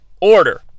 order